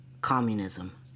communism